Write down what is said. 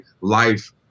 life